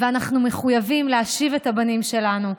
ואנחנו מחויבים להשיב את הבנים שלנו,